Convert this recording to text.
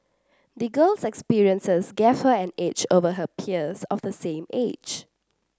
the girl's experiences gave her an edge over her peers of the same age